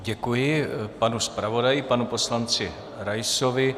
Děkuji panu zpravodaji, panu poslanci Raisovi.